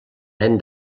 nen